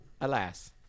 alas